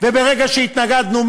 וברגע שהתנגדנו,